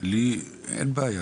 לי אין בעיה,